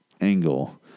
angle